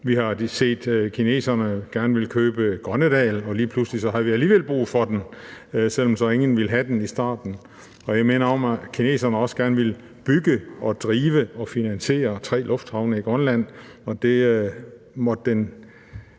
Vi har set, at kineserne gerne ville købe Grønnedal, og lige pludselig havde vi alligevel brug for den, selv om ingen ville have den i starten. Jeg minder om, at kineserne også gerne ville bygge, drive og finansiere tre lufthavne i Grønland. Derfor måtte der